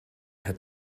had